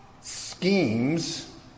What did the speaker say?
schemes